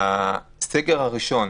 בסגר הראשון,